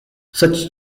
such